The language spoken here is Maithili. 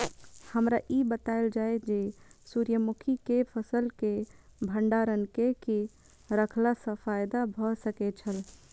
हमरा ई बतायल जाए जे सूर्य मुखी केय फसल केय भंडारण केय के रखला सं फायदा भ सकेय छल?